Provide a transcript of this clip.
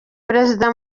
perezida